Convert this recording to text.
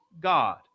God